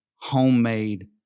homemade